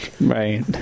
right